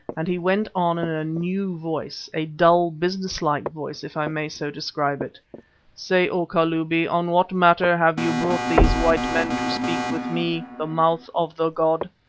and he went on in a new voice, a dull, business-like voice if i may so describe it say, o kalubi, on what matter have you brought these white men to speak with me, the mouth of the god?